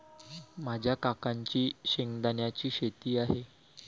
माझ्या काकांची शेंगदाण्याची शेती आहे